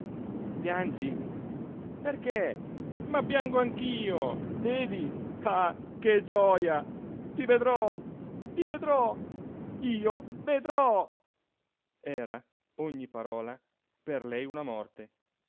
piangi perché ma piango anch'io vedi ah che gioja ti vedrò ti vedrò io vedrò era ogni parola per lei una morte